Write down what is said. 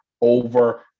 over